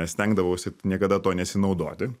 stengdavausi niekada tuo nesinaudoti